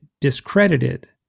discredited